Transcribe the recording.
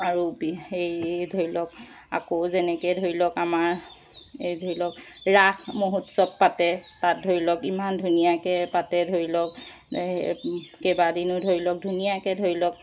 আকৌ সেই ধৰি লওক আকৌ যেনেকৈ ধৰি লওক আমাৰ এই ধৰি লওক ৰাস মহোৎসৱ পাতে তাত ধৰি লওক ইমান ধুনীয়াকৈ পাতে ধৰি লওক কেবাদিনো ধৰি লওক ধুনীয়াকৈ ধৰি লওক